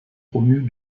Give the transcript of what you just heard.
promus